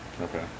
Okay